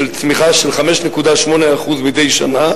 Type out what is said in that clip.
של צמיחה של 5.8% מדי שנה,